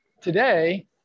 today